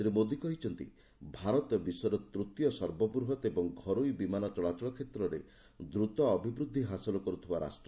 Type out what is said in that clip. ଶ୍ରୀ ମୋଦୀ କହିଛନ୍ତି ଭାରତ ବିଶ୍ୱର ତୂତୀୟ ସର୍ବବୃହତ ଏବଂ ଘରୋଇ ବିମାନ ଚଳାଚଳ କ୍ଷେତ୍ରରେ ଦ୍ରତ ଅବିବୃଦ୍ଧି ହାସଲ କରୁଥିବା ରାଷ୍ଟ